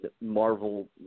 Marvel